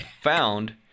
found